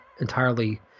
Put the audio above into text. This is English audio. entirely